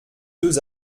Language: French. deux